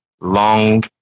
long